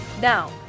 Now